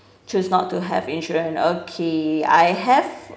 choose not to have insurance okay I have